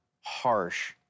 harsh